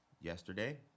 yesterday